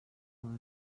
hora